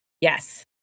Yes